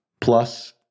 plus